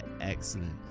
Excellent